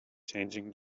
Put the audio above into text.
changing